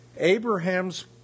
Abraham's